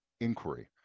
inquiry